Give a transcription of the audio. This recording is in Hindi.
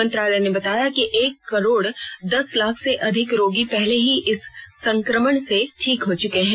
मंत्रालय ने बताया है कि एक करोड़ दस लाख से अधिक रोगी पहले ही इस संक्रमण से ठीक हो चुके हैं